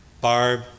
Barb